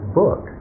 book